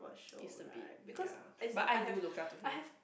is a bit ya but I do look up to him